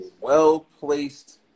well-placed